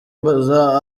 mbaza